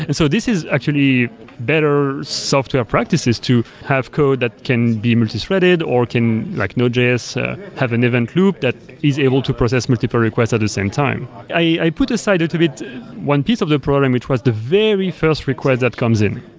and so this is actually better software practices to have code that can be multi-threaded, or like node js have an event loop that is able to process multiple requests at the same time. i put aside to be one piece of the problem, which was the very first request that comes in.